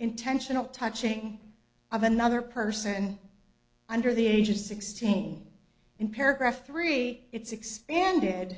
intentional touching of another person and under the age of sixteen in paragraph three it's expanded